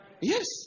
yes